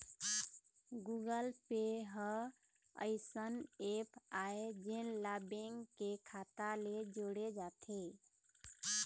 Google Pay ह अइसन app आय जेन ला बेंक के खाता ले जोड़े जाथे